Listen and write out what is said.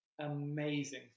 amazing